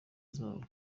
zabo